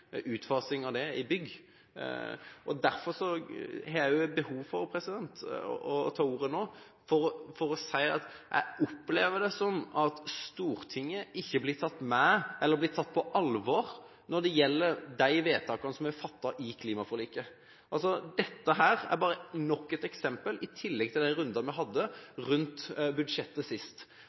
utfasing av oljefyring i bygg. Også derfor har jeg behov for å ta ordet nå, for å si at jeg opplever at Stortinget ikke blir tatt med eller tatt på alvor når det gjelder de vedtakene som er fattet i klimaforliket. Dette er bare nok et eksempel – i tillegg til de rundene vi hadde rundt budsjettet sist.